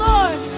Lord